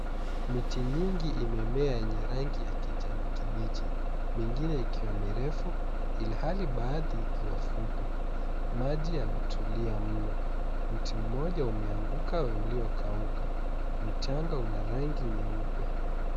Miti nyingi imemea yenye rangi ya kijani kibichi. Mengine ikiwa mirefu ilhali baadhi ikiwa fupi. Maji yametulia mno. Mti mmoja umeanguka ulio kauka. Mchanga una rangi nyeupe.